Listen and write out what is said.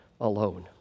alone